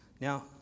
Now